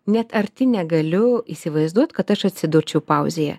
net arti negaliu įsivaizduot kad aš atsidurčiau pauzėje